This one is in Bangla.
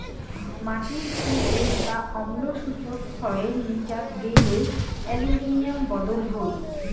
মাটির পি.এইচ বা অম্ল সূচক ছয়ের নীচাত গেইলে অ্যালুমিনিয়াম বদল হই